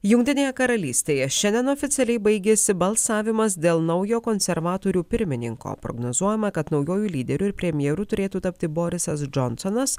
jungtinėje karalystėje šiandien oficialiai baigėsi balsavimas dėl naujo konservatorių pirmininko prognozuojama kad naujuoju lyderiu ir premjeru turėtų tapti borisas džonsonas